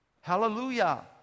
Hallelujah